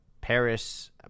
paris